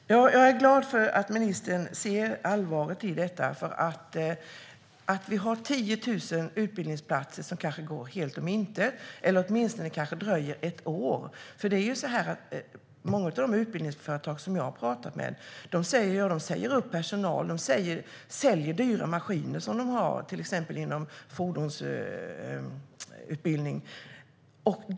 Fru talman! Jag är glad för att ministern ser allvaret i detta. Vi har 10 000 utbildningsplatser som kanske går helt om intet eller åtminstone kanske dröjer ett år. Många av de utbildningsföretag jag har talat med har sagt att de säger upp personal och säljer dyra maskiner de har. Det gäller till exempel inom fordonsutbildning.